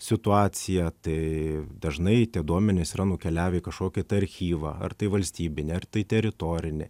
situacija tai dažnai tie duomenys yra nukeliavę į kažkokį tai archyvą ar tai valstybinį ar tai teritorinį